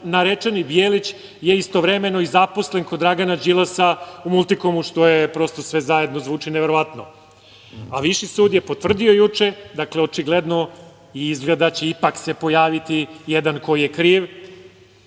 Narečeni Bijelić je istovremeno zaposlen kod Dragana Đilasa u „Multikomu“ što prosto sve zajedno zvuči neverovatno. Viši sud je potvrdio juče, dakle očigledno izgleda da će ipak se pojaviti jedan koji je kriv,